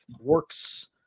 works